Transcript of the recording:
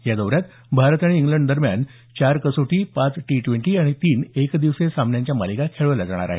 या दौऱ्यात भारत आणि इंग्लंड संघादरम्यान चार कसोटी पाच टी ड्वेंटी आणि तीन एकदिवसीय सामन्यांच्या मालिका खेळवल्या जाणार आहेत